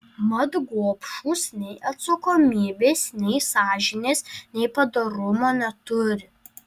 mat gobšūs nei atsakomybės nei sąžinės nei padorumo neturi